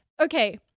okay